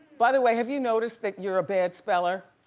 by the way, have you noticed that you're a bad speller?